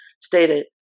stated